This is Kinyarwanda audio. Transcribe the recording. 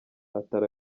atari